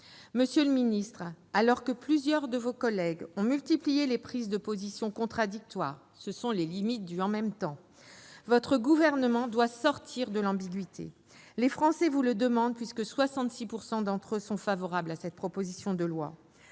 Monsieur le ministre, alors que plusieurs de vos collègues ont multiplié les prises de position contradictoires- ce sont les limites du « en même temps »-, votre gouvernement doit sortir de l'ambiguïté. Les Français vous le demandent, puisque 66 % d'entre eux sont favorables à cette proposition de loi.